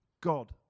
God